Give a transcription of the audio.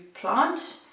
plant